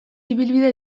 ibilbide